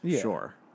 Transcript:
Sure